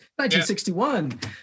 1961